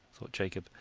thought jacob,